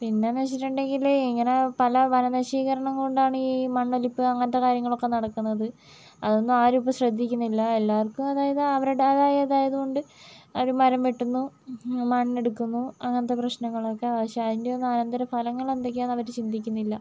പിന്നെയെന്ന് വച്ചിട്ടുണ്ടെങ്കിൽ ഇങ്ങനെ പല വനനശീകരണം കൊണ്ടാണ് ഈ മണ്ണൊലിപ്പ് അങ്ങനത്തെ കാര്യങ്ങളൊക്കെ നടക്കുന്നത് അതൊന്നും ആരും ഇപ്പോൾ ശ്രദ്ധിക്കുന്നില്ല എല്ലാർക്കും അതായത് അവരുടേതായ ഇതായതുകൊണ്ട് അവർ മരം വെട്ടുന്നു മണ്ണെടുക്കുന്നു അങ്ങനത്ത പ്രശ്നങ്ങളൊക്കെ പക്ഷേ അതിൻ്റെയൊന്നും അനന്തരഫലങ്ങൾ എന്തൊക്കെയാണെന്ന് അവർ ചിന്തിക്കുന്നില്ല